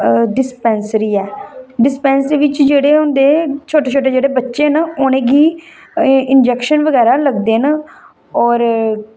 dispensary बिच जेहडे़ होंदे छोटे छोटे जेहडे़ बच्चे न उनेंगी इंजकेशन बगैरा लगदे न और